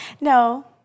no